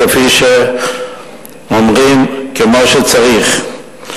כפי שאומרים: כמו שצריך.